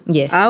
Yes